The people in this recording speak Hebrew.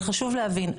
אבל חשוב להבין,